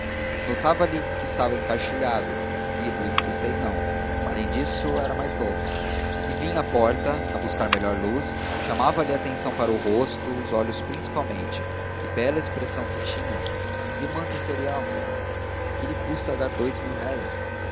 mil-réis notava lhe que estava encaixilhado e luís xvi não além disso era mais novo e vinha à porta a buscar melhor luz chamava-lhe a atenção para o rosto os olhos principalmente que bela expressão que tinham e o manto imperial que lhe custa dar dous